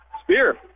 Spear